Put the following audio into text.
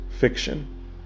fiction